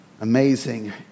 Amazing